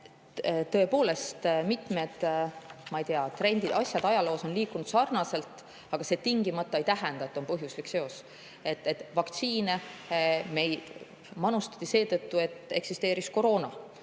Tõepoolest, mitmed, ma ei tea, asjad ajaloos on liikunud sarnaselt, aga see tingimata ei tähenda, et seal on põhjuslik seos. Vaktsiine manustati seetõttu, et eksisteeris koroona.